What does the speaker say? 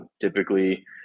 Typically